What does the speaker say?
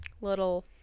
little